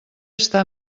està